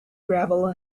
gravel